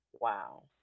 Wow